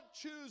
choose